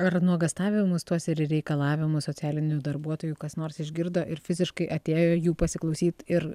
ar nuogąstavimus tuos ir reikalavimus socialinių darbuotojų kas nors išgirdo ir fiziškai atėjo jų pasiklausyt ir